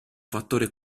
fattore